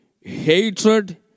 hatred